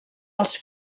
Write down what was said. els